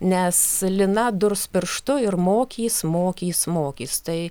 nes lina durs pirštu ir mokys mokys mokys tai